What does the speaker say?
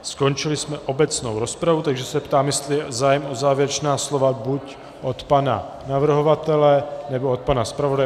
Skončili jsme obecnou rozpravu, takže se ptám, jestli je zájem o závěrečná slova buď od pana navrhovatele, nebo pana zpravodaje.